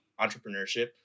entrepreneurship